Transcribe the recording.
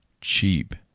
cheap